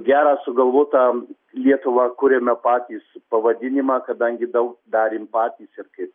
gerą sugalvotą lietuvą kuriame patys pavadinimą kadangi daug darėm patys ir kaip